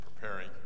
preparing